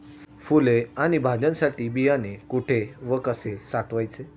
फुले आणि भाज्यांसाठी बियाणे कुठे व कसे साठवायचे?